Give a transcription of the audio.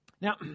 Now